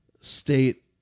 state